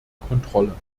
kontrolle